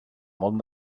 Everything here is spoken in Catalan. món